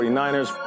49ers